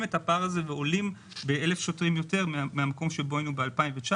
את הפער הזה ועולים ב-1,000 שוטרים יותר מהמקום שהיינו בו ב-2109.